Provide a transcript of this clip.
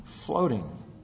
Floating